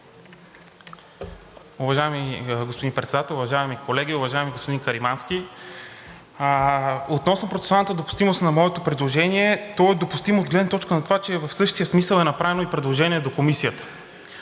Уважаеми господин Председател, уважаеми колеги! Уважаеми господин Каримански, относно процесуалната допустимост на моето предложение, то е допустимо от гледна точка на това, че в същия смисъл е направено и предложението до Комисията,